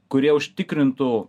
kurie užtikrintų